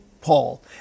Paul